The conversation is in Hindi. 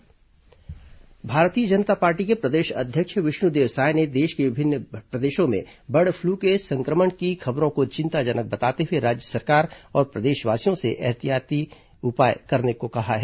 bird flu Bharatiya Janata party के प्रदेश अध्यक्ष विष्णुदेव साय ने देश के विभिन्न प्रदेशों में बर्ड फ्लू के संक्रमण की खबरों को चिंताजनक बताते हुए राज्य सरकार और प्रदेशवासियों से ऐहतियात बरतने की अपील की है